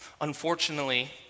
Unfortunately